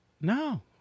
No